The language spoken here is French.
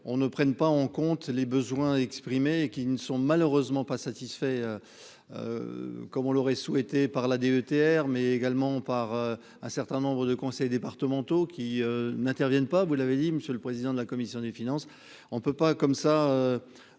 on ne prennent pas en compte les besoins exprimés et qui ne sont malheureusement pas satisfait, comme on l'aurait souhaité par la DETR, mais également par un certain nombre de conseils départementaux qui n'interviennent pas, vous l'avez dit, monsieur le président de la commission des finances, on ne peut pas comme ça,